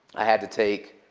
i had to take,